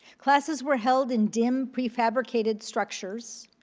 classes were held in dim prefabricated structures,